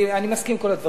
ואני מסכים עם כל הדברים.